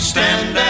Stand